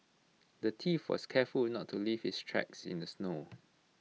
the thief was careful not to leave his tracks in the snow